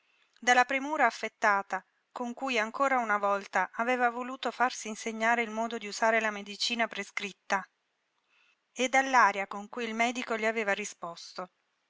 dalla premura affettata con cui ancora una volta aveva voluto farsi insegnare il modo di usare la medicina prescritta e dall'aria con cui il medico gli aveva risposto